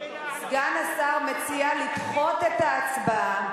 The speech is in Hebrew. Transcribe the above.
סגן השר מציע לדחות את ההצבעה.